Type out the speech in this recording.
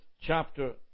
chapter